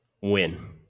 Win